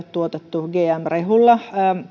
tuotettu gm rehulla